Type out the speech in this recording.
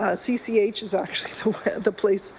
ah cch is actually the place,